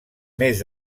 més